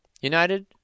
United